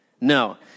No